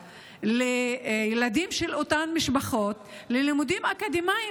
לילדים של אותן משפחות ללימודים אקדמיים,